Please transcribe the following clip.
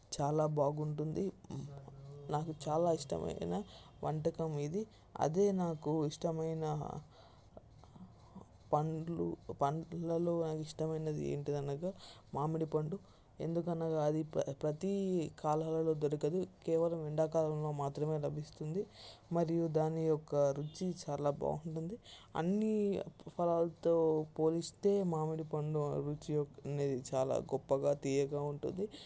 చాలా బాగుంటుంది నాకు చాలా ఇష్టమైన వంటకం ఇది అదే నాకు ఇష్టమైన పండ్లు పండ్లల్లో ఇష్టమైనది ఏమిటి అనగా మామిడిపండు ఎందుకు అనగా అది ప్రతి కాలాలలో దొరకదు కేవలం ఎండాకాలంలో మాత్రమే లభిస్తుంది మరియు దాని యొక్క రుచి చాలా బాగుంటుంది అని ఫలాలతో పోలిస్తే మామిడిపండు రుచి అనేది చాలా గొప్పగా తియ్యగా ఉంటుంది